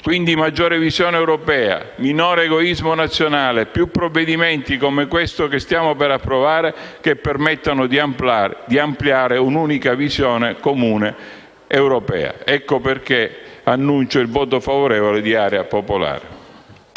comune. Maggiore visione europea, quindi, minore egoismo nazionale, più provvedimenti, come questo che stiamo per approvare, che permettano di ampliare un'unica visione comune europea. Pertanto dichiaro il voto favorevole di Area popolare.